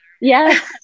Yes